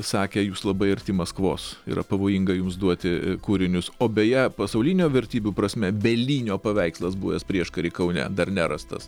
sakė jūs labai arti maskvos yra pavojinga jums duoti kūrinius o beje pasaulinio vertybių prasme belinio paveikslas buvęs prieškario kaune dar nerastas